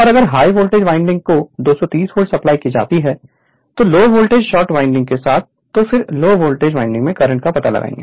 और अगर high voltage winding को 230 वोल्ट सप्लाई की जाती है लो वोल्टेज शॉर्ट वाइंडिंग के साथ तो फिर लो वोल्टेज वाइंडिंग में करंट का पता लगाएं